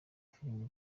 film